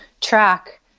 track